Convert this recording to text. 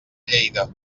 lleida